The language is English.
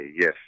yes